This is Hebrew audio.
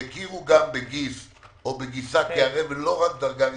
שיכירו גם בגיס או בגיסה כי ערב הוא לא רק דרגה ראשונה.